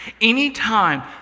Anytime